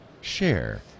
Share